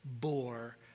bore